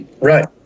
Right